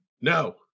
No